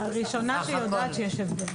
אני הראשונה שיודעת שיש הבדל,